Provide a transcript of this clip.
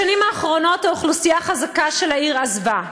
בשנים האחרונות האוכלוסייה החזקה של העיר עזבה.